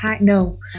No